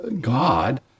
God